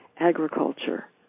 agriculture